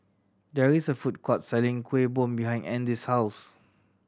there is a food court selling Kuih Bom behind Andy's house